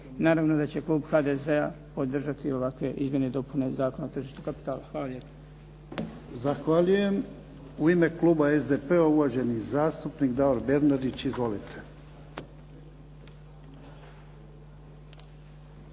Naravno da će klub HDZ-a podržati ovakve izmjene i dopune Zakona o tržištu kapitala. Hvala lijepo. **Jarnjak, Ivan (HDZ)** Zahvaljujem. U ime kluba SDP-a uvaženi zastupnik Davor Bernardić. Izvolite.